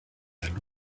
and